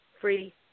free